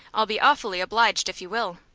i'll be awfully obliged if you will.